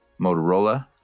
Motorola